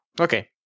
okay